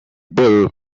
bill